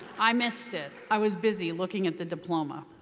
i missed it. i was busy looking at the diploma.